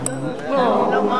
נגד